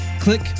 Click